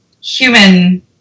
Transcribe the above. human